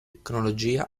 tecnologia